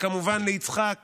וכמובן ליצחק קרויזר,